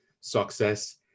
success